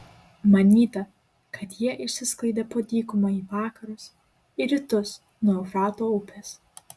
manyta kad jie išsisklaidė po dykumą į vakarus ir rytus nuo eufrato upės